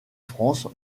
france